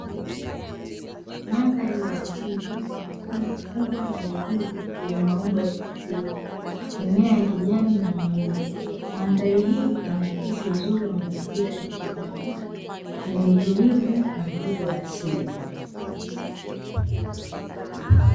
Mandhari ya asili yenye milima mikubwa na migumu yenye maumbo ya kuvutia, mimea ya kijani na mawingu. Mandhari hii inaakisi uzuri wa mazingira ya milimani ,yenye utulivu na mvuto wa asili.